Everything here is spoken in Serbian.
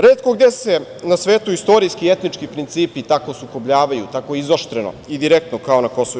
Retko gde se na svetu istorijski i etnički principi tako sukobljavaju, tako izoštreno i direktno kao na KiM.